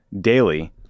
daily